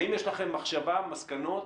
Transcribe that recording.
האם יש לכם מחשבה, מסקנות,